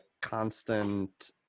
constant